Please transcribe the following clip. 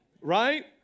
right